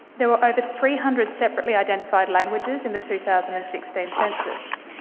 there were over three hundred separately identified languages in the two thousand and sixteen census.